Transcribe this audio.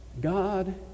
God